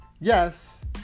Yes